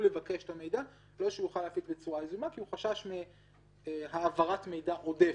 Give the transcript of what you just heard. לבקש את המידע ולא שהוא יופץ בצורה יזומה כי הוא חשש מהעברת מידע עודפת.